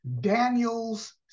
Daniel's